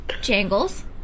Jangles